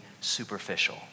superficial